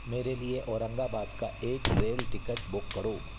मेरे लिए औरंगाबाद का एक रेल टिकट बुक करो